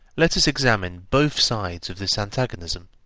let us examine both sides of this antagonism.